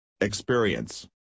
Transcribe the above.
Experience